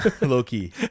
low-key